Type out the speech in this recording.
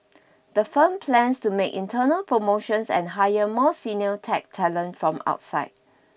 the firm plans to make internal promotions and hire more senior tech talent from outside